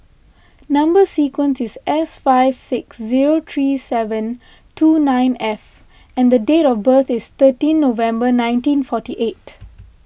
Number Sequence is S five six zero three seven two nine F and date of birth is thirteen November nineteen forty eight